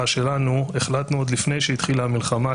שלנו החלטנו עוד לפני שהתחילה המלחמה,